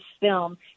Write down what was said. film